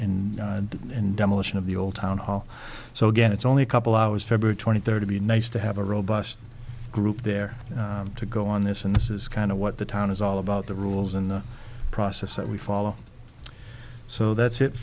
hall in demolition of the old town hall so again it's only a couple hours february twenty third to be nice to have a robust group there to go on this and this is kind of what the town is all about the rules and the process that we follow so that's it